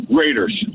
raiders